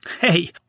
Hey